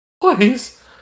please